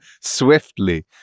swiftly